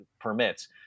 permits